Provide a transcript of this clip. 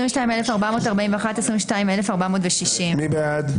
22,461 עד 22,480. מי בעד?